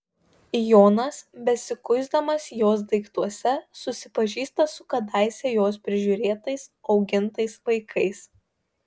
jonas besikuisdamas jos daiktuose susipažįsta su kadaise jos prižiūrėtais augintais vaikais